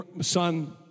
son